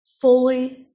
fully